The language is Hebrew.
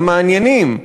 המעניינים,